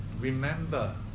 remember